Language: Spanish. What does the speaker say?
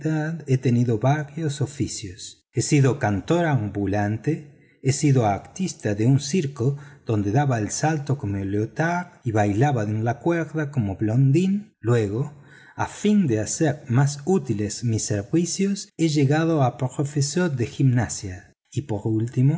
he tenido varios oficios he sido cantor ambulante he sido artista de circo donde daba el salto como leotard y bailaba en la cuerda como blondín luego al fin de hacer más útiles mis servicios he llegado a profesor de gimnasia